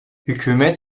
hükümet